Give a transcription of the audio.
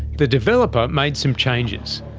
the developer made some changes.